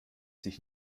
sich